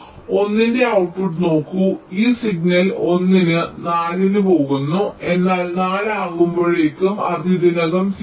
1 ന്റെ ഔട്ട്പുട്ട് നോക്കൂ ഈ സിഗ്നൽ 1 ന് 4 ന് പോകുന്നു എന്നാൽ 4 ആകുമ്പോഴേക്കും അത് ഇതിനകം 0